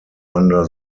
under